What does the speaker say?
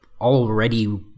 already